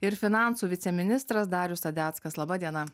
ir finansų viceministras darius sadeckas laba diena